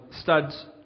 Studs